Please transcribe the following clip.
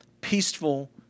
peaceful